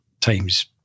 times